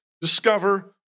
discover